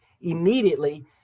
Immediately